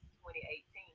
2018